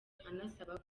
anasaba